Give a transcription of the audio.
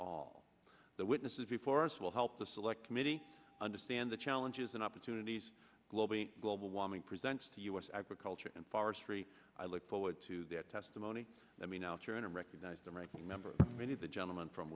all the witnesses before us will help the select committee understand the challenges and opportunities globally global warming presents to us agriculture and forestry i look forward to that testimony let me now turn and recognize the ranking member many of the gentleman from